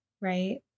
right